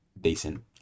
decent